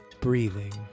breathing